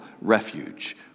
refuge